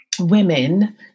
women